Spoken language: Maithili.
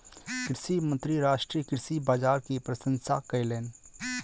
कृषि मंत्री राष्ट्रीय कृषि बाजार के प्रशंसा कयलैन